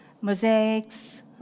mosaics